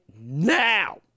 now